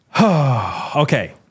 Okay